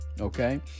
Okay